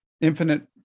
infinite